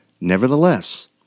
nevertheless